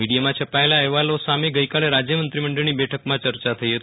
મીડીયમાં છપાયેલા અહેવાલો સામે ગઈકાલે રાજય મંત્રી મંડળની બેઠકમાં ચર્ચા થઈ હતી